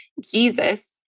Jesus